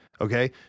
Okay